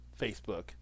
Facebook